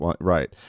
right